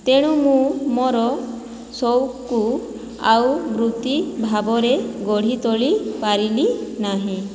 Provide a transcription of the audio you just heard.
ତେଣୁ ମୁଁ ମୋ'ର ସଉକକୁ ଆଉ ବୃତ୍ତି ଭାବରେ ଗଢ଼ି ତୋଳି ପାରିଲି ନାହିଁ